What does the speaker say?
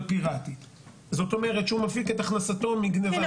פיראטית זאת אומרת שהוא מפיק את הכנסתו מגניבה.